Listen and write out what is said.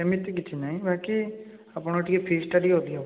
ସେମିତି କିଛି ନାହିଁ ବାକି ଆପଣ ଟିକିଏ ଫିସ୍ ଟା ଟିକିଏ ଅଧିକା ପଡ଼ିବ